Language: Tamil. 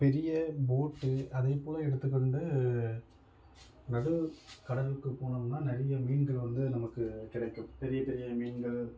பெரிய போட்டு அதே போல் எடுத்துக்கொண்டு நடு கடலுக்கு போனோம்னால் நிறைய மீன்கள் வந்து நமக்கு கிடைக்கும் பெரிய பெரிய மீன்கள்